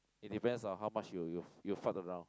it depends on how much you you you fart around